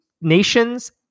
nations